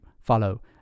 follow